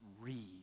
read